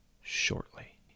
shortly